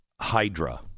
Hydra